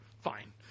fine